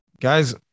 Guys